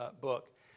book